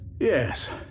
Yes